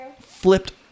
flipped